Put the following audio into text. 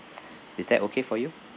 is that okay for you